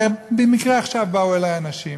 כי במקרה עכשיו באו אלי אנשים